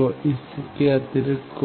तो इससे कोई अतिरिक्त